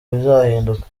bizahinduka